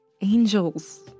Angels